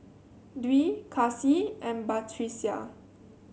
Dwi Kasih and Batrisya